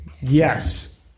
Yes